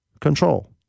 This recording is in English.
control